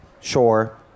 sure